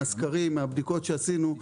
אם מהסקרים ואם מהבדיקות שעשינו,